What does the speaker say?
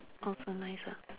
also nice ah